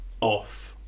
off